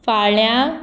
फाल्यां